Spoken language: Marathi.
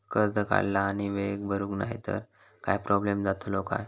कर्ज काढला आणि वेळेत भरुक नाय तर काय प्रोब्लेम जातलो काय?